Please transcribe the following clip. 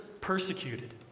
persecuted